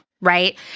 right